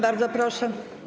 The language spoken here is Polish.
Bardzo proszę.